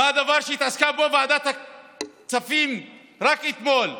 מה הדבר שהתעסקה בו ועדת הכספים רק אתמול?